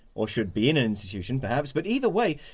or should be in an institution, perhaps, but either way,